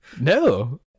No